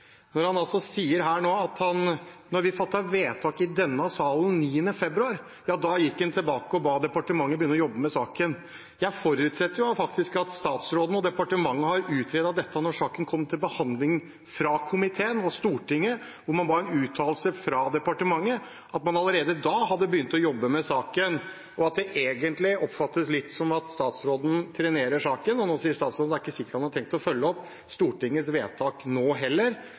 når han sier her nå at han da vi fattet vedtak i denne salen 9. februar, gikk tilbake og ba departementet begynne å jobbe med saken. Jeg forutsetter faktisk at statsråden og departementet har utredet dette – når saken kom til behandling fra komiteen og Stortinget og man ba om en uttalelse fra departementet, at man allerede da hadde begynt å jobbe med saken, og at det egentlig oppfattes litt som om statsråden trenerer saken. Statsråden sier ikke når han har tenkt å følge opp Stortingets vedtak nå heller.